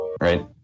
right